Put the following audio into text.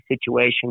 situation